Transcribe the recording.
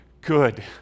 good